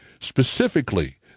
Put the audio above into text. specifically